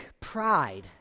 pride